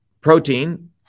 protein